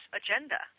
agenda